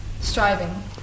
striving